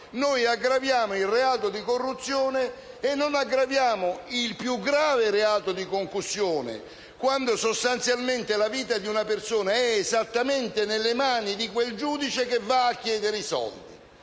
aggraviamo il reato di corruzione e non aggraviamo il più grave reato di concussione, quando sostanzialmente la vita di una persona è esattamente nelle mani di quel giudice che va a chiedere i soldi.